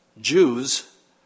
Jews